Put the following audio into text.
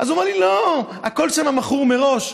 הוא אמר לי: לא, הכול שם מכור מראש.